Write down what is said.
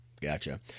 Gotcha